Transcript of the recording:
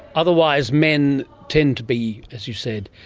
otherwise men tend to be, as you said,